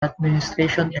administration